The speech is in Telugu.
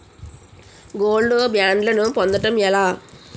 గోల్డ్ బ్యాండ్లను పొందటం ఎలా?